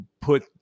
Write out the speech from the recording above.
put